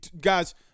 Guys